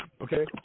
Okay